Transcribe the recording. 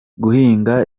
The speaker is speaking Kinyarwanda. guhinga